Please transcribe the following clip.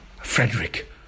Frederick